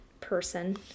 person